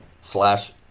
slash